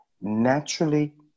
naturally